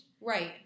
Right